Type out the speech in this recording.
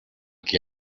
que